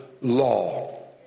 law